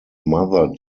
mother